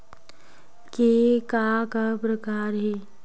के का का प्रकार हे?